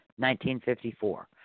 1954